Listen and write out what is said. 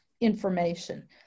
information